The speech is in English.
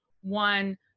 one